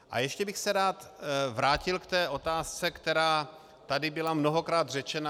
A ještě bych se rád vrátil k otázce, která tady byla mnohokrát řečena.